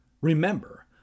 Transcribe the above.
Remember